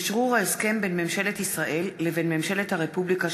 אשרור ההסכם בין ממשלת ישראל לבין ממשלת הרפובליקה